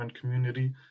community